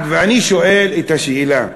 ואני שואל את השאלה,